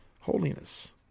holiness